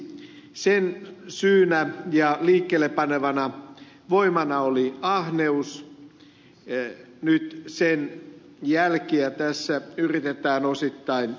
sen syynä ja liikkeelle panevana voimana oli ahneus nyt sen jälkiä tässä yritetään osittain siistiä